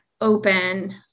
open